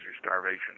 starvation